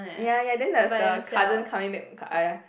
ya ya then there's the cousin coming back ah ya